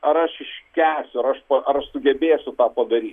ar aš iškęsiu ar aš ar aš sugebėsiu tą padary